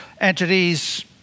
entities